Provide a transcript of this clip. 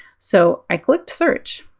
so i clicked search.